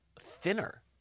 thinner